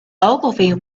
ogilvy